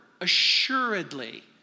assuredly